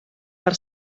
per